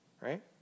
right